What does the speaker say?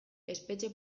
espetxe